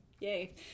Yay